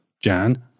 Jan